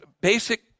basic